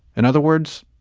and other words,